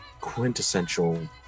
quintessential